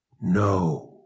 No